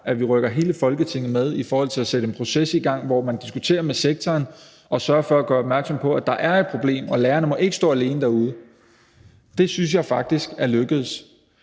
der rykker hele Folketinget med i forhold til at sætte en proces i gang, hvor man diskuterer med sektoren og sørger for at gøre opmærksom på, at der er et problem, og at lærerne ikke må stå alene derude. Og det synes jeg faktisk er lykkedes.